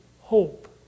hope